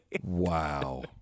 wow